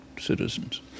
citizens